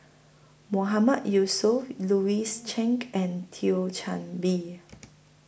Mohamed Yusof Louis Chen and Thio Chan Bee